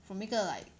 from 一个 like